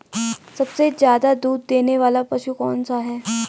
सबसे ज़्यादा दूध देने वाला पशु कौन सा है?